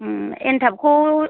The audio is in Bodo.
एनथाबखौ